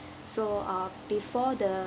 so uh before the